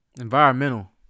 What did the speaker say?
Environmental